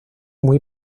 muy